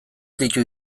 ditu